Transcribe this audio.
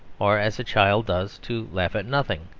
or as a child does to laugh at nothing,